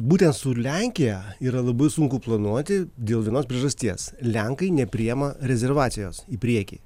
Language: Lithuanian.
būtent su lenkija yra labai sunku planuoti dėl vienos priežasties lenkai nepriima rezervacijos į priekį